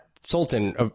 Sultan